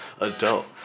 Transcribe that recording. adult